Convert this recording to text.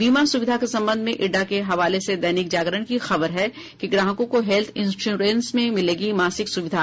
बीमा सुविधा के संबंध में इरडा के हवाले से दैनिक जागरण की खबर है कि ग्राहकों हेल्थ इंश्योरेंस में मिलेगी मासिल सुविधा